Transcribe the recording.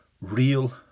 Real